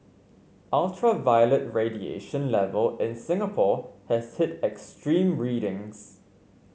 ultraviolet radiation level in Singapore has hit extreme readings